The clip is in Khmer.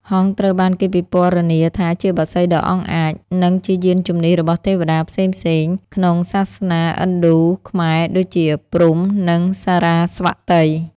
ហង្សត្រូវបានគេពិពណ៌នាថាជាបក្សីដ៏អង់អាច និងជាយានជំនិះរបស់ទេវតាផ្សេងៗក្នុងសាសនាឥណ្ឌូ-ខ្មែរ ដូចជា ព្រហ្ម និងសារ៉ាស្វតី។